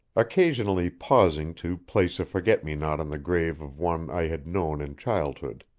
occasionally pausing to place a forget-me-not on the grave of one i had known in childhood.